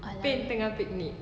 lalu